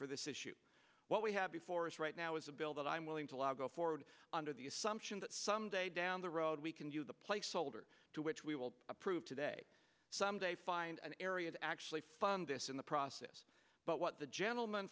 for this issue what we have before us right now is a bill that i'm willing to allow go forward under the assumption that someday down the road we can do the placeholder to which we will approve today someday find an area that actually fund this in the process but what the gentleman